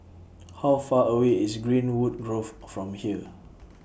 How Far away IS Greenwood Grove from here